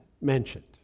mentioned